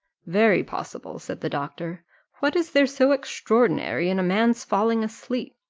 very possible, said the doctor what is there so extraordinary in a man's falling asleep?